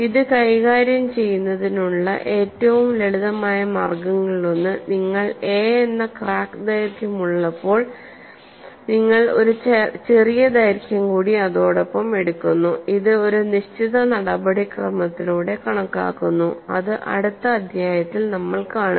ഇത് കൈകാര്യം ചെയ്യുന്നതിനുള്ള ഏറ്റവും ലളിതമായ മാർഗ്ഗങ്ങളിലൊന്ന് നിങ്ങൾക്ക് എ എന്ന ക്രാക്ക് ദൈർഘ്യം ഉള്ളപ്പോൾ നിങ്ങൾ ഒരു ചെറിയ ദൈർഘ്യം കൂടി അതോടൊപ്പം എടുക്കുന്നു അത് ഒരു നിശ്ചിത നടപടിക്രമത്തിലൂടെ കണക്കാക്കുന്നു അത് അടുത്ത അധ്യായത്തിൽ നമ്മൾ കാണും